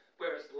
Whereas